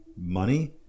money